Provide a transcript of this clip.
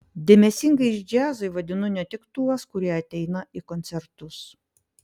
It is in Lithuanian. dėmesingais džiazui vadinu ne tik tuos kurie ateina į koncertus